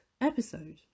episode